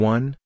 One